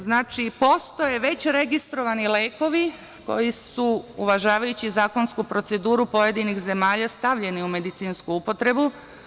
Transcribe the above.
Znači, postoje već registrovani lekovi koji su uvažavajući zakonsku proceduru pojedinih zemalja stavljeni u medicinsku upotrebu.